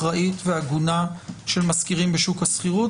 אחראית והגונה של משכירים בשוק השכירות.